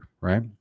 right